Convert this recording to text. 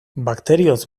bakterioz